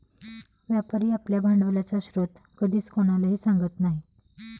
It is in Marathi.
व्यापारी आपल्या भांडवलाचा स्रोत कधीच कोणालाही सांगत नाही